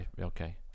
okay